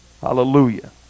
Hallelujah